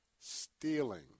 stealing